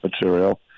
material